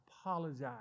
apologize